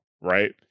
right